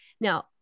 Now